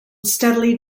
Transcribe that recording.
steadily